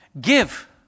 give